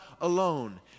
alone